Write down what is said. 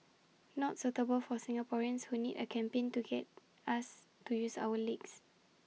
not suitable for Singaporeans who need A campaign to get us to use our legs